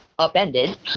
Upended